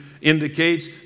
Indicates